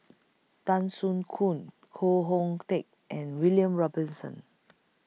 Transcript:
Tan Soo Khoon Koh Hoon Teck and William Robinson